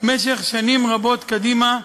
במשך שנים רבות קדימה,